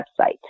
website